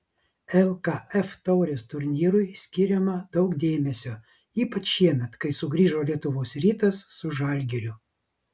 lkf taurės turnyrui skiriama daug dėmesio ypač šiemet kai sugrįžo lietuvos rytas su žalgiriu